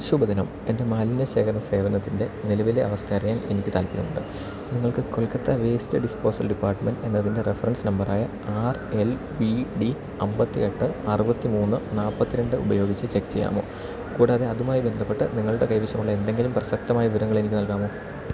ശുഭദിനം എന്റെ മാലിന്യശേഖരണ സേവനത്തിന്റെ നിലവിലെ അവസ്ഥയറിയാൻ എനിക്ക് താൽപ്പര്യമുണ്ട് നിങ്ങൾക്ക് കൊൽക്കത്ത വേസ്റ്റ് ഡിസ്പോസൽ ഡിപ്പാർട്മെന്റ് എന്നതിന്റെ റഫ്രൻസ് നമ്പറായ ആർ എൽ വി ഡി അമ്പത്തിയെട്ട് അറുപത്തിമൂന്ന് നാല്പ്പത്തിരണ്ട് ഉപയോഗിച്ച് ചെക് ചെയ്യാമോ കൂടാതെ അതുമായി ബന്ധപ്പെട്ട് നിങ്ങളുടെ കൈവശമുള്ള എന്തെങ്കിലും പ്രസക്തമായ വിവരങ്ങളെനിക്ക് നൽകാമോ